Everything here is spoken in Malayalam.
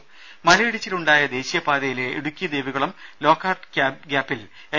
രുമ മലയിടിച്ചിൽ ഉണ്ടായ ദേശീയപാതയിലെ ഇടുക്കി ദേവികുളം ലോക്ക്ഹാർട്ട് ഗ്യാപ്പിൽ എൻ